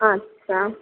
আচ্ছা